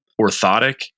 orthotic